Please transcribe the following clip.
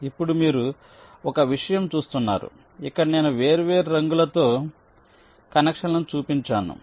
ఇప్పుడు మీరు ఒక విషయం చూస్తున్నారు ఇక్కడ నేను వేర్వేరు రంగులతో కనెక్షన్లను చూపించాను